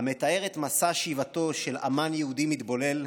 המתאר את מסע שיבתו של אומן יהודי מתבולל,